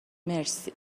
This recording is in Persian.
مرسی